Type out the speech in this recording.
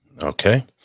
Okay